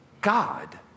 God